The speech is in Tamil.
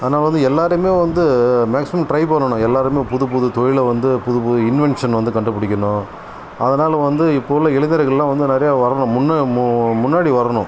ஆனாவது எல்லாரையுமே வந்து மேக்ஸிமம் ட்ரை பண்ணனும் எல்லாருமே புது புது தொழிலை வந்து புது புது இன்வென்ஷன் வந்து கண்டுபிடிக்கணும் அதனால் வந்து இப்போ உள்ள இளைஞர்கள்லாம் வந்து நிறைய வரணும் முன் முன்னாடி வரணும்